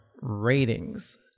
ratings